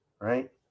right